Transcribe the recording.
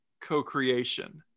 co-creation